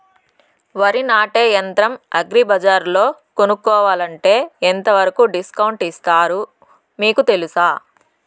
వరి నాటే యంత్రం అగ్రి బజార్లో కొనుక్కోవాలంటే ఎంతవరకు డిస్కౌంట్ ఇస్తారు మీకు తెలుసా?